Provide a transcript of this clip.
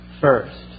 First